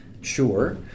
Sure